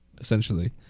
essentially